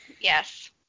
yes